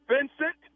Vincent